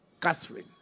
Catherine